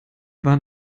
waren